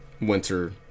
winter